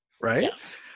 right